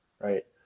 right